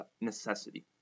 necessity